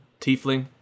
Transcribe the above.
tiefling